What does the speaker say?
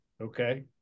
Okay